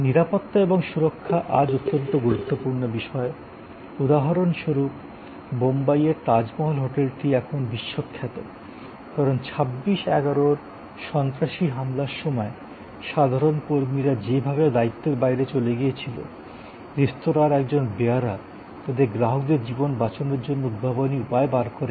নিরাপত্তা এবং সুরক্ষা আজ অত্যন্ত গুরুত্বপূর্ণ বিষয় উদাহরণস্বরূপ বোম্বাইয়ের তাজমহল হোটেলটি এখন বিশ্বখ্যাত কারণ ২৬১১ র সন্ত্রাসী হামলার সময় সাধারণ কর্মীরা যেভাবে দায়িত্বের বাইরে চলে গিয়েছিল রেস্তোঁরার একজন বেয়ারা তাদের গ্রাহকদের জীবন বাঁচানোর জন্য উদ্ভাবনী উপায় বার করেন